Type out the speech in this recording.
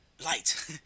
light